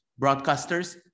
broadcasters